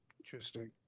Interesting